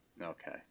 Okay